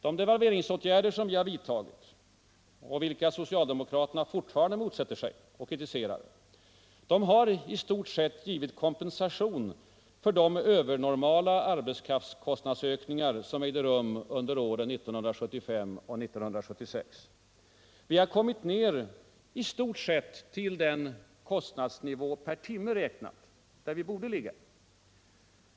De devalveringsåtgärder som vi har vidtagit och vilka socialdemokraterna fortfarande motsätter sig och kritiserar har i stort sett givit kompensation för de övernormala arbetskraftskostnadsökningar som ägde rum under åren 1975 och 1976. Vi har kommit ner till i stort sett den kostnadsnivå per timme där vi borde ligga.